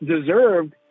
deserved